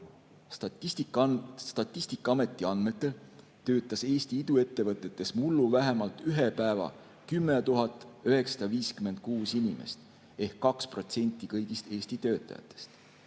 Statistikaameti andmetel töötas Eesti iduettevõtetes mullu vähemalt ühe päeva 10 956 inimest ehk 2% kõigist Eesti töötajatest.